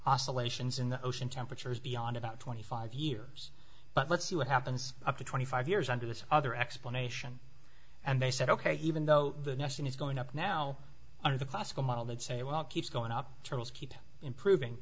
oscillations in the ocean temperatures beyond about twenty five years but let's see what happens up to twenty five years under this other explanation and they said ok even though the next thing is going up now under the classical model that say well keeps going up charles keep improving